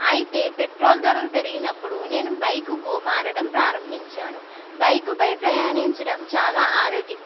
అయితే పెట్రోల్ ధరలు పెరిగినప్పుడు నేను బైక్ కు మారడం ప్రారంభించాను బైక్ పై ప్రయాణించడం చాలా ఆరోగ్య